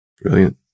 Brilliant